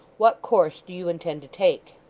what course do you intend to take